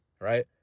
right